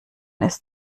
ist